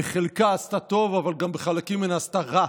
שבחלקה עשתה טוב אבל גם בחלקים ממנה עשתה רע